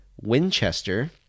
Winchester